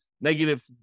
negative